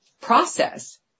process